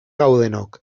gaudenok